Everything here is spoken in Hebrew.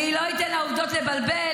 אני לא אתן לעובדות לבלבל,